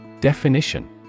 Definition